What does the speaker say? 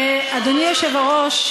אדוני היושב-ראש,